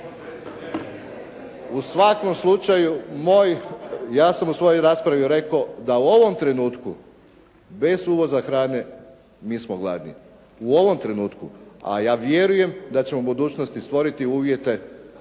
U svakom slučaju, ja sam u svojoj raspravi rekao da u ovom trenutku bez uvoza hrane mi smo gladni, u ovom trenutku. A vjerujem da ćemo u budućnosti stvoriti uvjete